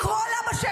לקרוא לה בשם,